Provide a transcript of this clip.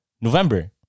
november